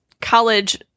college